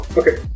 okay